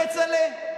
כצל'ה?